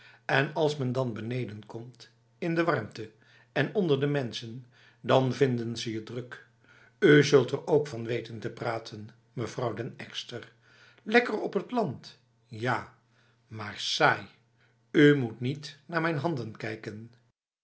en als men dan beneden komt in de warmte en onder de mensen dan vinden ze je druk u zult er ook van weten te praten mevrouw den ekster lekker op het land ja maar saai u moet niet naar mijn handen kijken